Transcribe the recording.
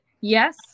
yes